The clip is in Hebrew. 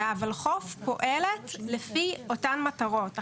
והולחו"ף פועלת לפי אותן מטרות.